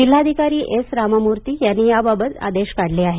जिल्हाधिकारी एस रामामूर्ती यांनी याबाततचे आदेश काढले आहेत